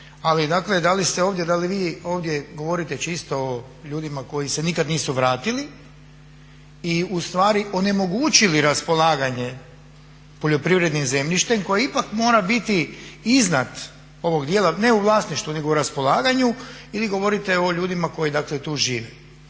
se ovdje, da li vi ovdje govoriti čisto o ljudima koji se nikada nisu vratili i ustvari onemogućili raspolaganje poljoprivrednim zemljištem koje ipak mora biti iznad ovog djela, ne u vlasništvu nego u raspolaganju, ili govorite o ljudima koji dakle tu žive.